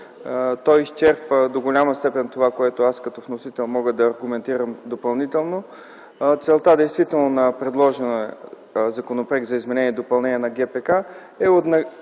Той изчерпва до голяма степен това, което аз като вносител мога да аргументирам допълнително. Целта на предложения Законопроект за изменение и допълнение на ГПК е